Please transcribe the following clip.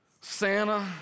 Santa